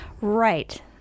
right